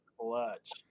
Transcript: clutch